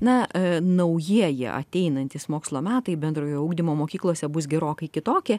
na naujieji ateinantys mokslo metai bendrojo ugdymo mokyklose bus gerokai kitokie